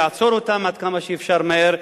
לעצור אותן עד כמה שאפשר מהר,